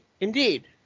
indeed